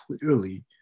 clearly